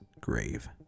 Grave